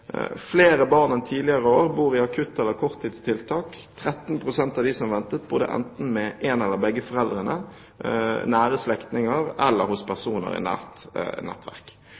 Flere barn enn tidligere år bor i et akutt- eller korttidstiltak. 13 pst. av dem som ventet, bodde enten med en eller begge foreldrene, nære slektninger eller hos personer i nært nettverk.